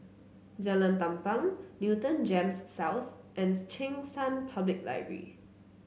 Jalan Tampang Newton Gems South and Cheng San Public Library